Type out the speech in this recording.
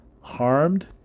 harmed